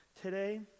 today